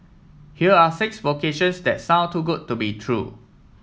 here are six vocations that sound too good to be true